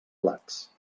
plats